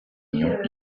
nyons